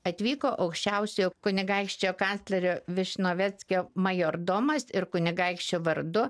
atvyko aukščiausiojo kunigaikščio kanclerio višnoveckio majordomas ir kunigaikščio vardu